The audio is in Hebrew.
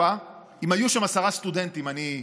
אם היו שם עשרה סטודנטים אני צנצנת,